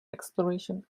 exploration